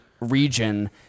region